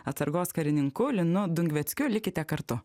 atsargos karininku linu dungveckiu likite kartu